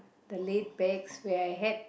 the laid back when I had